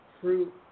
fruit